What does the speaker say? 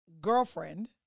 girlfriend